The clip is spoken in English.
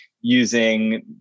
using